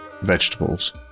vegetables